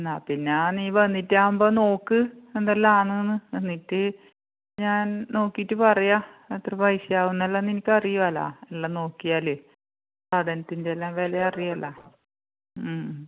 എന്നാൽ പിന്നെ നീ വന്നിട്ടാകുമ്പോൾ നോക്ക് എന്തെല്ലാമാണെന്ന് എന്നിട്ട് ഞാൻ നോക്കിയിട്ട് പറയാം എത്ര പൈസ ആവുമെന്നെല്ലാം നിനക്കറിയുമല്ലോ എല്ലാം നോക്കിയാൽ സാധനത്തിൻ്റെയെല്ലാം വില അറിയാമല്ലോ ഉം